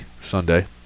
Sunday